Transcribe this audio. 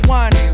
one